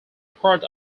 part